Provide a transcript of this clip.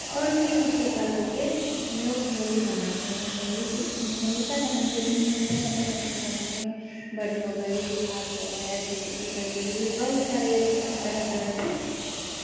और फिर उसके कल हो कर हमलोग होली मनाते हैं होली के होलिका दहन के दिन हमलोग अपने अपने घरों में बरी हो गयी भात हो गया जैसे कि कचरी बहुत सारे तरह तरह के